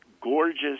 gorgeous